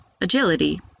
agility